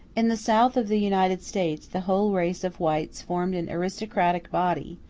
in the south of the united states the whole race of whites formed an aristocratic body,